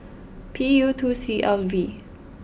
P U two C L V